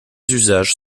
usages